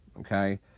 Okay